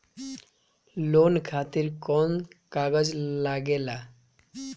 Loan खातिर कौन कागज लागेला?